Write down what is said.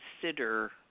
consider